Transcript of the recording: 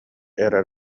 эрэр